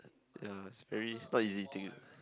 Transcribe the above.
ya it's very not easy to you